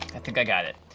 i think i got it.